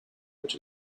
which